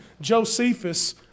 Josephus